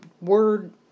word